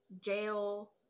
jail